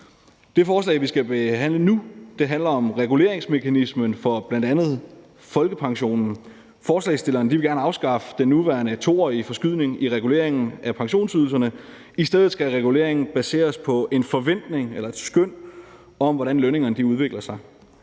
Det forslag, vi skal behandle nu, handler om reguleringsmekanismen for bl.a. folkepensionen. Forslagsstillerne vil gerne afskaffe den nuværende 2-årige forskydning i reguleringen af pensionsydelserne. I stedet skal reguleringen baseres på en forventning eller et skøn om, hvordan lønningerne udvikler sig.